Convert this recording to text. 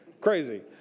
crazy